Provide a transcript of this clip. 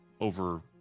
over